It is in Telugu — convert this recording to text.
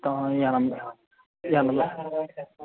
ఎనభై